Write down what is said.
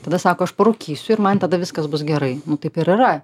tada sako aš parūkysiu ir man tada viskas bus gerai nu taip ir yra